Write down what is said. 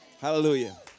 Hallelujah